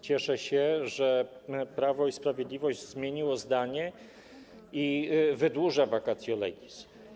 Cieszę się, że Prawo i Sprawiedliwość zmieniło zdanie i wydłuża vacatio legis.